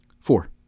Four